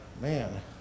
Man